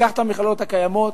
לקחת את המכללות הקיימות,